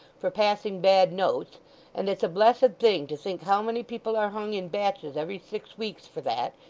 for passing bad notes and it's a blessed thing to think how many people are hung in batches every six weeks for that,